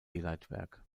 leitwerk